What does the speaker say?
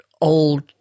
old